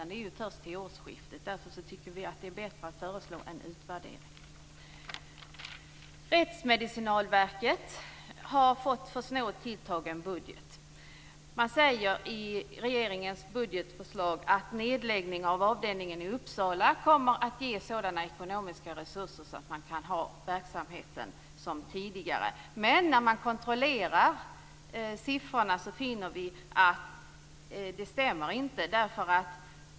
Det gör det först till årsskiftet. Därför tycker vi att det är bättre att föreslå en utvärdering. Rättsmedicinalverket har fått för snålt tilltagen budget. Man säger i regeringens budgetförslag att nedläggning av avdelningen i Uppsala kommer att ge sådana ekonomiska resurser att man kan ha verksamheten som tidigare. Men när man kontrollerar siffrorna finner man att det inte stämmer.